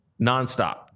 nonstop